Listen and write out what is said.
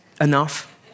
enough